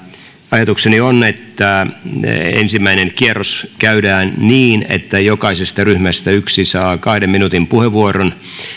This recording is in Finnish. ajatukseni on että ensimmäinen kierros käydään niin että jokaisesta ryhmästä yksi saa kahden minuutin puheenvuoron ja